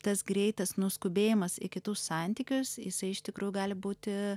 tas greitas nu skubėjimas į kitus santykius jisai iš tikrųjų gali būti